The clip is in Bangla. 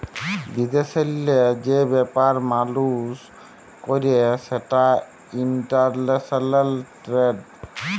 বিদেশেল্লে যে ব্যাপার মালুস ক্যরে সেটা ইলটারল্যাশলাল টেরেড